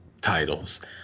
titles